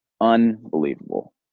unbelievable